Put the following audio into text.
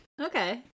okay